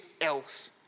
else